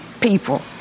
people